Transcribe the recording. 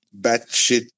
batshit